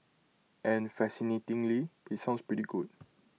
and fascinatingly IT sounds pretty good